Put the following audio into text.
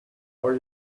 are